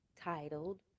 titled